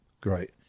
great